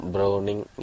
Browning